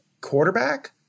quarterback